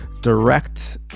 direct